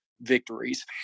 victories